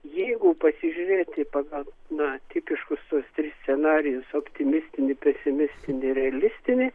jeigu pasižiūrėti pagal na tipiškus tuos tris scenarijus optimistinį pesimistinį realistinį